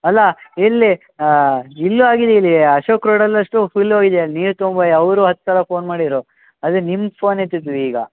ಅಲ್ಲ ಇಲ್ಲಿ ಇಲ್ಲು ಆಗಿದೆ ಇಲ್ಲಿ ಅಶೋಕ್ ರೋಡಲ್ಲಿ ಅಷ್ಟು ಫುಲ್ಲು ಹೋಗಿದೆ ನೀರು ತುಂಬಿ ಅವರು ಹತ್ತು ಸಲ ಫೋನ್ ಮಾಡಿದ್ರು ಅದೆ ನಿಮ್ಮ ಫೋನ್ ಎತ್ತಿದ್ವಿ ಈಗ